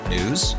News